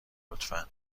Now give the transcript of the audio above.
لطفا